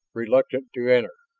reluctant to enter.